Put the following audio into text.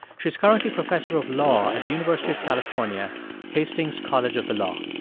she is currently professor of law at the university of california hastings college of the law.